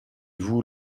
vous